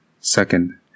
Second